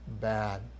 bad